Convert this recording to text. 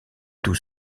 tout